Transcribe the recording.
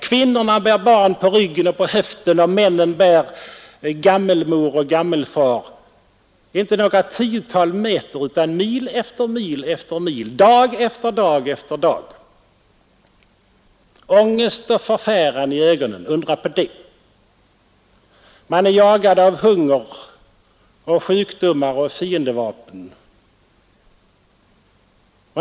Kvinnorna bär barn på ryggen och på höften, och männen bär gammelmor och gammelfar — inte några tiotal meter utan mil efter mil efter mil, dag efter dag efter dag. Ångest och förfäran i ögonen — undra på det! De är jagade av hunger och sjukdomar och fiendevapen.